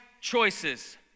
choices